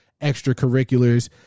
extracurriculars